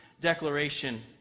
declaration